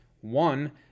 One